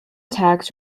tax